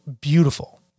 beautiful